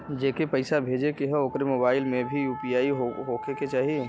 जेके पैसा भेजे के ह ओकरे मोबाइल मे भी यू.पी.आई होखे के चाही?